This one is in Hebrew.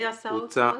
מי היה שר האוצר אז?